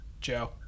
Joe